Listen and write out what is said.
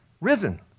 risen